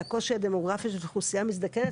זה הקושי הדמוגרפי והאוכלוסייה המזדקנת,